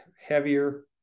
heavier